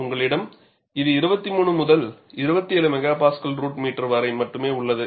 உங்களிடம் இது 23 முதல் 27 MPa √m வரை மட்டுமே உள்ளது